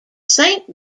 saint